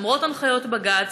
למרות הנחיות בג"ץ,